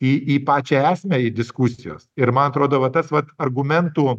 į į pačią esmę į diskusijos ir man atrodo va tas vat argumentų